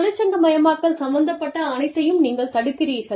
தொழிற்சங்கமயமாக்கல் சம்பந்தப்பட்ட அனைத்தையும் நீங்கள் தடுக்கிறீர்கள்